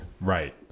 Right